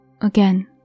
Again